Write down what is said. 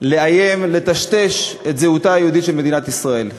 לאיים לטשטש את זהותה היהודית של מדינת ישראל.